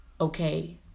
okay